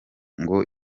ngo